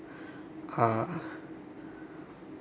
uh